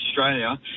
Australia